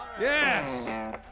Yes